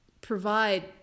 provide